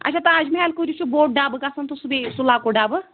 اَچھا تاج محل کۭتِس چھُو بوٚڈ ڈَبہٕ گژھان تہٕ سُہ بیٚیہِ سُہ لۅکُٹ ڈبہٕ